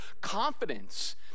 confidence